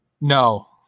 No